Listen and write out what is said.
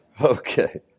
Okay